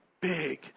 big